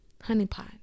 Honeypot